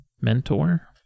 mentor